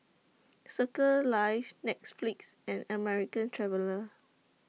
Circles Life Netflix and American Traveller